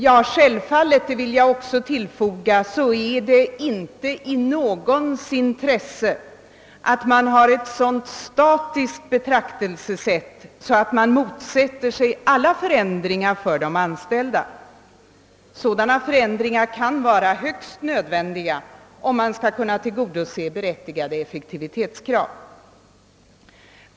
Jag vill också tillfoga att det självfallet inte ligger i någons intresse att man har ett sådant statiskt betraktelsesätt att man motsätter sig alla förändringar för de anställda. Vissa förändringar kan vara synnerligen nödvändiga när det gäller att tillgodose berättigade krav på effektivitet.